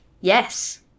Yes